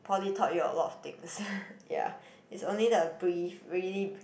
poly taught you a lot of things ya it's only the brief really